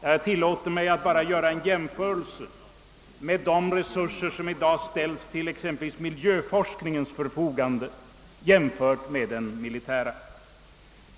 Jag tilllåter mig att jämföra de resurser som i dag ställs till miljöforskningens förfogande med dem som ställs till förfogande för den militära.